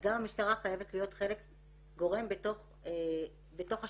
גם המשטרה חייבת להיות גורם בתוך השינוי